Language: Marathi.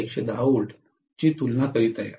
ची तुलना करीत आहे